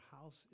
house